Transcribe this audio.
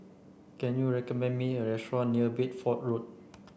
can you recommend me a restaurant near Bedford Road